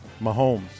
Mahomes